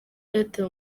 airtel